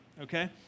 okay